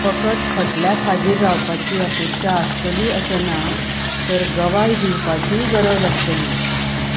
फकत खटल्याक हाजीर रावपाची अपेक्षा आसतली अशें ना तर गवाय दिवपाचीय गरज आसतली